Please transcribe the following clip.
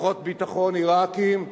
כוחות ביטחון עירקיים.